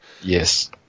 Yes